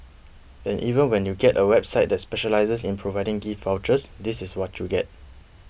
and even when you get a website that specialises in providing gift vouchers this is what you get